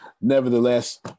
Nevertheless